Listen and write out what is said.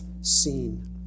seen